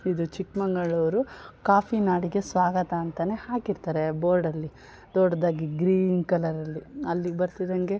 ಇದು ಚಿಕ್ಕಮಂಗಳೂರು ಕಾಫಿ ನಾಡಿಗೆ ಸ್ವಾಗತ ಅಂತನೇ ಹಾಕಿರ್ತಾರೆ ಬೋರ್ಡ್ ಅಲ್ಲಿ ದೊಡ್ಡದಾಗಿ ಗ್ರೀನ್ ಕಲರಲ್ಲಿ ಅಲ್ಲಿಗೆ ಬರ್ತಿದಂಗೆ